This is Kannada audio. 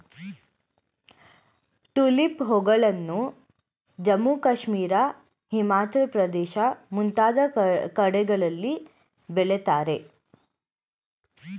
ಟುಲಿಪ್ ಹೂಗಳನ್ನು ಜಮ್ಮು ಕಾಶ್ಮೀರ, ಹಿಮಾಚಲ ಪ್ರದೇಶ ಮುಂತಾದ ಕಡೆಗಳಲ್ಲಿ ಬೆಳಿತಾರೆ